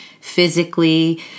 physically